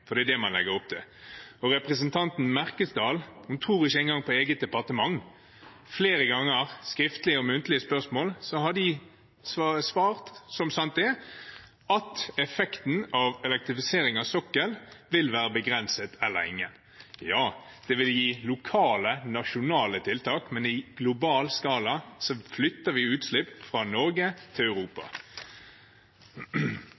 for det er det man legger opp til. Representanten Merkesdal tror ikke engang på eget departement. Flere ganger på skriftlige og muntlige spørsmål har de svart, som sant er, at effekten av elektrifisering av sokkelen vil være begrenset lenge. Ja, det vil gi lokale, nasjonale tiltak, men i en global skala flytter vi utslipp fra Norge til Europa.